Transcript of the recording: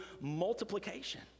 multiplication